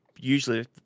usually